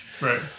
Right